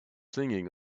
singing